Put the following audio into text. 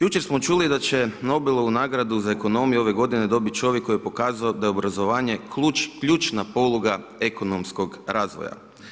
Jučer smo čuli da će Nobelovu nagradu za ekonomije, ove g. dobiti čovjek, koji je pokazao da je obrazovanje ključna poluga ekonomskog razvoja.